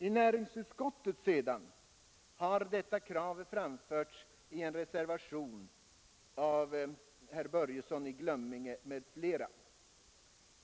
I näringsutskottet har detta krav sedan fullföljts i en reservation av herr Börjesson i Glömminge m.fl.